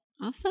Awesome